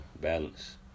balance